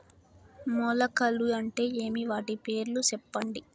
మొలకలు అంటే ఏమి? వాటి పేర్లు సెప్పండి?